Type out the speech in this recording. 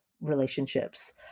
relationships